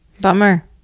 Bummer